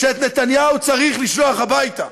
שאת נתניהו צריך לשלוח הביתה,